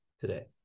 today